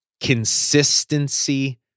Consistency